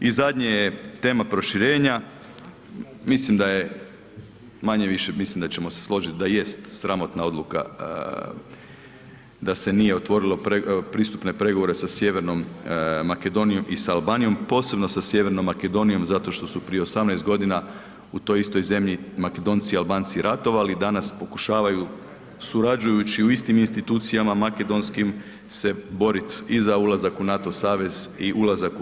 I zadnje je tema proširenja, mislim da je manje-više mislim da ćemo se složiti da jest sramotna odluka, da se nije otvorilo pristupne pregovore sa Sjevernom Makedonijom i sa Albanijom, posebno sa Sjevernom Makedonijom zato što su prije 18 godina u toj istoj zemlji Makedonci i Albanci ratovali, danas pokušavaju surađujući u istim institucijama makedonskim se boriti i za ulazak u NATO savez i ulazak u EU.